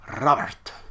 Robert